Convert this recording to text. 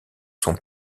sont